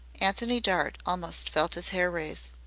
antony dart almost felt his hair rise.